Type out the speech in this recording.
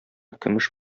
көмеш